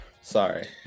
sorry